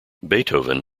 beethoven